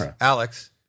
alex